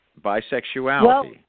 bisexuality